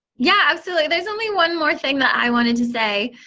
yeah, absolutely. there's only one more thing that i wanted to say,